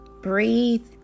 breathe